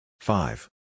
Five